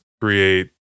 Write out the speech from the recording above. create